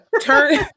Turn